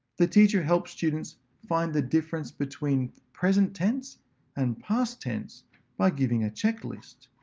the teacher helps students find the differences between present tense and past tense by giving a check list.